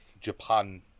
Japan